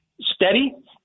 steady